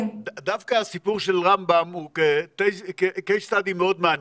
דווקא הסיפור של רמב"ם הוא קייס סטאדי מאוד מעניין,